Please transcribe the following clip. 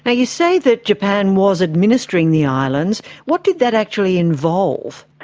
but you say that japan was administering the islands. what did that actually involve?